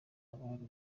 abantu